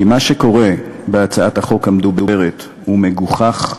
כי מה שקורה בהצעת החוק המדוברת הוא מגוחך,